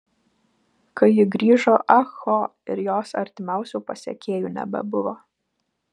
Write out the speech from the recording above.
kai ji grįžo ah ho ir jos artimiausių pasekėjų nebebuvo